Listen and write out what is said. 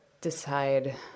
decide